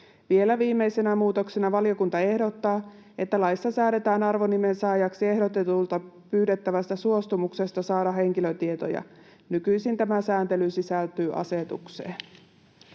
Vielä viimeisenä muutoksena valiokunta ehdottaa, että laissa säädetään arvonimen saajaksi ehdotetulta pyydettävästä suostumuksesta saada henkilötietoja. Nykyisin tämä sääntely sisältyy asetukseen.